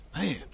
man